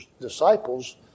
disciples